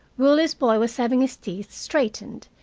willie's boy was having his teeth straightened,